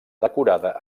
decorada